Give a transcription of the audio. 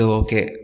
okay